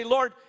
Lord